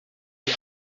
die